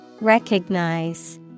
Recognize